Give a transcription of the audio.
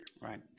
Right